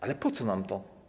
Ale po co nam to?